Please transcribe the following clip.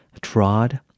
trod